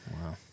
Wow